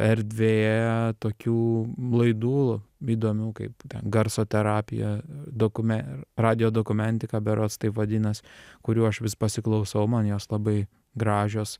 erdvėje tokių laidų įdomių kaip garso terapija dokume radijo dokumentika berods taip vadinas kurių aš vis pasiklausau man jos labai gražios